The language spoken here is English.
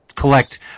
collect